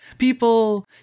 People